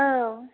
औ